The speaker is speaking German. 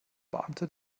beamte